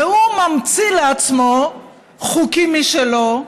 וממציא לעצמו חוקים משלו,